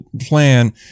plan